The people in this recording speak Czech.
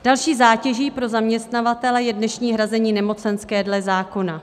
Další zátěží pro zaměstnavatele je dnešní hrazení nemocenské dle zákona.